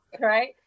Right